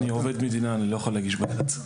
אני עובד מדינה, אני לא יכול להגיש בג"ץ.